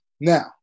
Now